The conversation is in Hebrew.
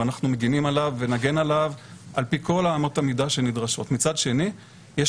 ואנחנו מגנים עליו ונגן עליו על פי כל אמות מידה שנדרשות מצד שני יש